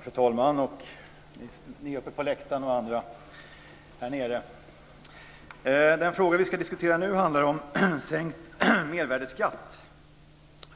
Fru talman! Ni som sitter på läktaren och ni andra här nere! Den fråga vi ska diskutera nu handlar om sänkt mervärdesskatt